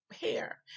hair